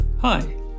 Hi